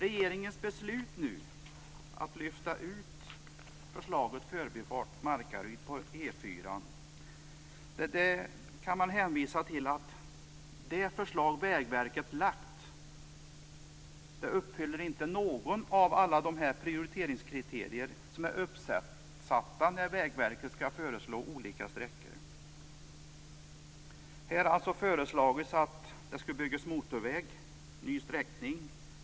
Regeringen har beslutat att lyfta ut objektet förbifart Markaryd på E 4. Det kan hänvisas till att Vägverkets förslag inte uppfyller något av Vägverkets prioriteringskriterier för förslag till nya sträckor. Det har föreslagits en ny sträckning som skall byggas ut till motorvägsstandard.